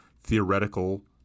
theoretical